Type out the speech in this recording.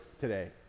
today